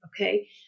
okay